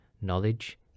knowledge